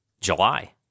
july